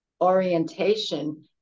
orientation